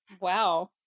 wow